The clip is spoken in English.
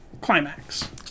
Climax